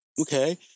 Okay